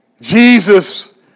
Jesus